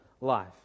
life